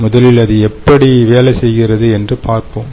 முதலில் அது எப்படி வேலை செய்கிறது என்று பார்ப்போம்